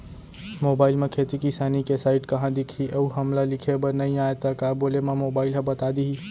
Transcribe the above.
Mobile म खेती किसानी के साइट कहाँ दिखही अऊ हमला लिखेबर नई आय त का बोले म मोबाइल ह बता दिही?